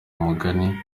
mugani